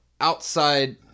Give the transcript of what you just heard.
outside